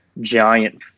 giant